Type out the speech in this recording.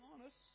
honest